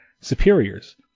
superiors